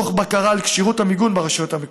תוך בקרה על כשירות המיגון ברשויות המקומיות,